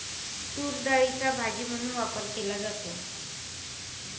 तूरडाळीचा भाजी म्हणून वापर केला जातो